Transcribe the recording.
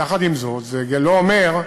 יחד עם זאת, זה לא אומר,